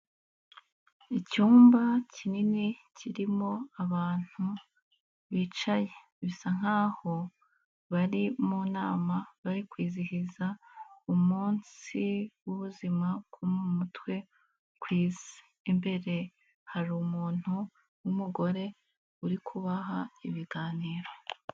Icyumba kinini kirimo abantu bicaye bisa nk'aho bari mu nama bari kwizihiza umunsi w'ubuzima bwo mu mutwe ku isi, imbere hari umuntu w'umugore uri kubaha ibiganiro.